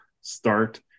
start